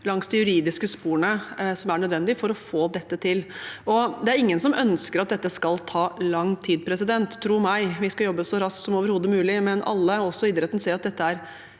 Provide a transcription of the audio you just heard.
langs de juridiske sporene som er nødvendig for å få dette til. Det er ingen som ønsker at dette skal ta lang tid – tro meg, vi skal jobbe så raskt som overhodet mulig. Men alle, også i idretten, ser at dette er